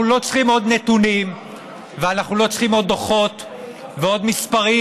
אנחנו לא צריכים עוד נתונים ואנחנו לא צריכים עוד דוחות ועוד מספרים